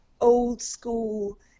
old-school